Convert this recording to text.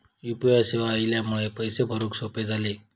U P I सेवा इल्यामुळे पैशे भरुक सोपे झाले